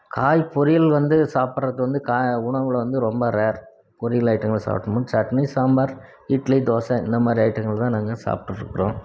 காய் பொரியல் வந்து சாப்பிடுறது வந்து கா உணவுகளை வந்து ரொம்ப ரேர் பொரியல் ஐட்டங்களை சாப்பிட்டோம்னா சட்னி சாம்பார் இட்லி தோசை இந்தமாதிரி ஐட்டங்கள் தான் நாங்கள் சாப்பிடுட்ருக்குறோம்